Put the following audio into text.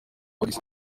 polisi